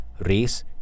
race